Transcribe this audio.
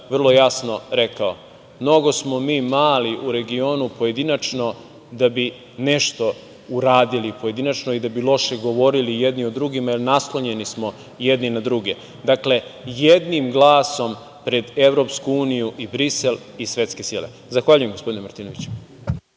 vrlo jasno rekao – mnogo smo mi mali u regionu pojedinačno da bi nešto uradili pojedinačno i da bi loše govorili jedni o drugima, jer naslonjeni smo jedni na druge. Dakle, jednim glasom pred EU i Brisel i svetske sile. Zahvaljujem, gospodine Martinoviću.